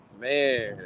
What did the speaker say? Man